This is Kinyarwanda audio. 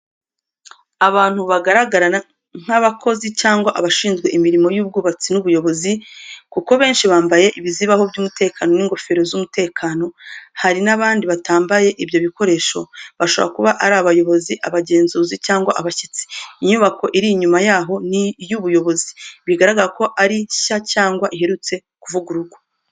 Abantu bagaragara nk’abakozi cyangwa abashinzwe imirimo y’ubwubatsi n’ubuyobozi, kuko benshi bambaye ibizibaho by’umutekano n’ingofero z’umutekano. Hari n’abandi batambaye ibyo bikoresho, bashobora kuba ari abayobozi, abagenzuzi, cyangwa abashyitsi. Inyubako iri inyuma yabo ni iy’ubuyobozi, bigaragara ko ari nshya cyangwa iherutse kuvugururwa.